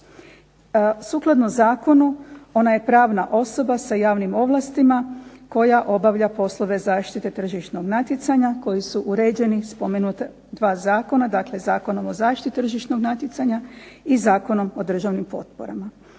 Sukladno zakonu ona je pravna osoba sa javnim ovlastima, koja obavlja poslove zaštite tržišnog natjecanja, koji su uređeni spomenuta dva zakona, dakle Zakonom o zaštiti tržišnog natjecanja i Zakonom o državnim potporama.